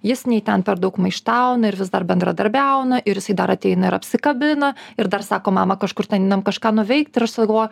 jis nei ten per daug maištauna ir vis dar bendradarbiauna ir jisai dar ateina ir apsikabina ir dar sako mama kažkur ten einam kažką nuveikt ir aš tada galvoju